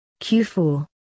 Q4